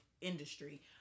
industry